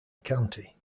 county